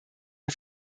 der